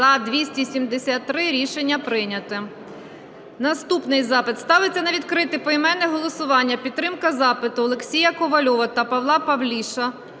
За-273 Рішення прийнято. Наступний запит. Ставить на відкрите поіменне голосування підтримка запиту Олексія Ковальова та Павла Павліша